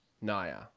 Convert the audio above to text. Naya